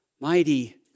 mighty